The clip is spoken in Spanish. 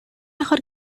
mejor